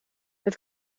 het